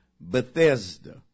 Bethesda